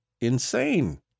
insane